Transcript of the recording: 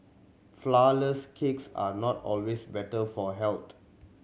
flourless cakes are not always better for health